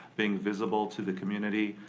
being visible to the community.